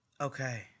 Okay